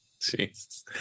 Jesus